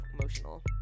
emotional